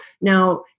Now